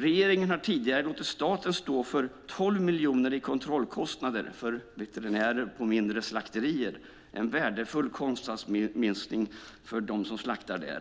Regeringen har tidigare låtit staten stå för 12 miljoner i kontrollkostnader för veterinärer på mindre slakterier - en värdefull kostnadsminskning för dem som slaktar där.